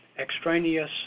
extraneous